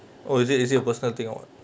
oh is it is it a personal thing or what